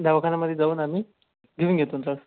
दवाखान्यामध्ये जाऊन आम्ही घेऊन घेतो लस